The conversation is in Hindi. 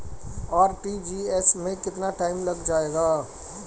आर.टी.जी.एस में कितना टाइम लग जाएगा?